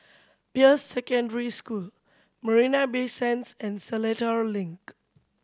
Peirce Secondary School Marina Bay Sands and Seletar Link